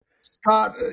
Scott